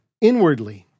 inwardly